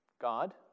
God